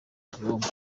igihombo